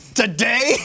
today